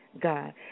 God